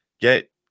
get